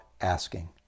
asking